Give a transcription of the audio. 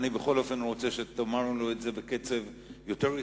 אני בכל אופן רוצה שתאמר לנו את זה בקצב יותר אטי,